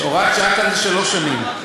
הוראת שעה כאן זה שלוש שנים.